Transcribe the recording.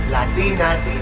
Latinas